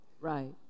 Right